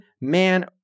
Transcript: man